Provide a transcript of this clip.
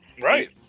Right